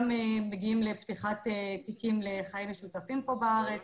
גם מגיעים לפתיחת תיקים לחיים משותפים פה בארץ,